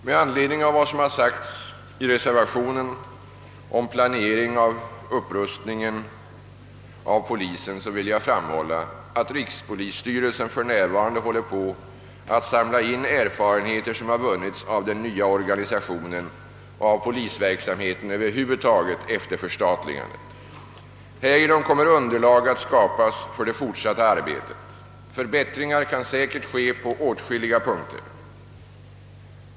Med anledning av vad som har sagts i reservationen om planering av upprustningen av polisen vill jag framhålla, att rikspolisstyrelsen för närvarande håller på att samla in de erfarenheter som har vunnits av den nya organisationen och av polisverksamheten över huvud taget efter förstatligandet. Härigenom kommer underlag att skapas för det fortsatta arbetet. Förbättringar kan säkert ske på åtskilliga punkter.